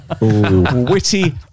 Witty